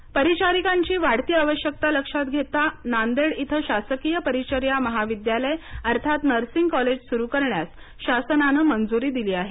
मंजुरी परिचारिकांची वाढती आवश्यकता लक्षात घेतानांदेड इथं शासकीय परिचर्या महाविद्यालय अर्थात नर्सिंग कॉलेज सुरु करण्यास शासनाने मंजुरी दिली आहे